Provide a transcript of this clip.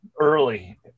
early